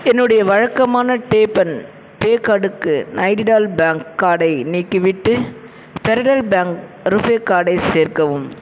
என்னுடைய வழக்கமான tap and pay கார்டுக்கு நைடிடால் பேங்க் கார்டை நீக்கிவிட்டு ஃபெரடல் பேங்க் ரூஃபே கார்டை சேர்க்கவும்